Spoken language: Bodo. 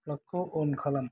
प्लागखौ अन खालाम